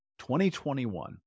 2021